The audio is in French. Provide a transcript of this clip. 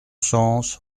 sens